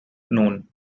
known